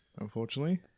unfortunately